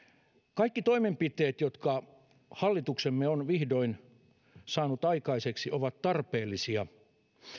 kaikki toimenpiteet jotka hallituksemme on vihdoin saanut aikaiseksi ovat tarpeellisia